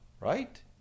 right